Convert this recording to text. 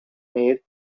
made